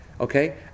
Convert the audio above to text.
Okay